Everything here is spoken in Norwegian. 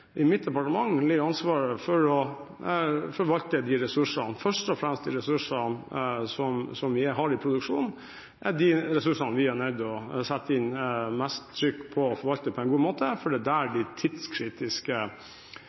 I mitt departement ligger ansvaret for å forvalte disse ressursene, først og fremst de ressursene som vi har i produksjonen. Det er de ressursene vi er nødt til å sette inn mest trykk på og forvalte på en god måte, for det er der de tidskritiske